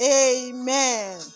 Amen